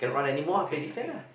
okay okay